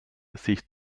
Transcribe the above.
sich